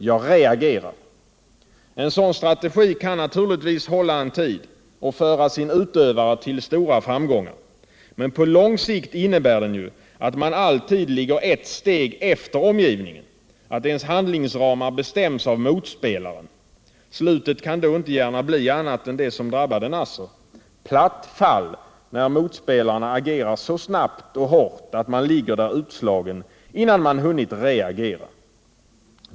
Jag reagerar.” En sådan strategi kan naturligtvis hålla en tid och föra sin utövare till stora framgångar. Men på lång sikt innebär det ju att man alltid ligger ett steg efter omgivningen och att ens handlingsramar bestäms av motspelaren. Slutet kan då inte gärna bli annat än det som drabbade Nasser: platt fall när motspelarna agerar så snabbt och hårt att man ligger där utslagen innan man hunnit reagera.